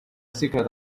secret